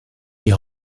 die